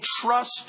trust